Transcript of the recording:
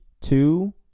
two